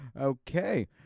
Okay